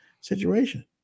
situation